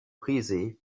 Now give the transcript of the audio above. brisée